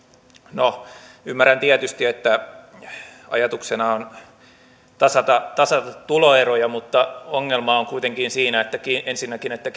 no ymmärrän tietysti että ajatuksena on tasata tasata tuloeroja mutta ongelma on kuitenkin siinä ensinnäkin että